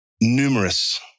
numerous